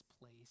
place